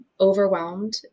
overwhelmed